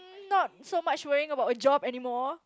not so much worrying about a job anymore